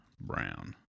Brown